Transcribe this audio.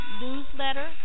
newsletter